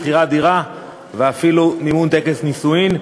שכירת דירה ואפילו מימון טקס נישואין.